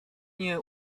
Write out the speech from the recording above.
nie